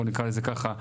בוא נקרא לזה ככה.